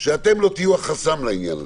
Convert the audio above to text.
אז שאתם לא תהיו החסם לעניין הזה.